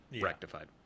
rectified